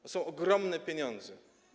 To są ogromne pieniądze.